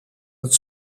het